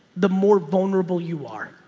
the more vulnerable you are,